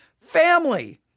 family